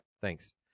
Thanks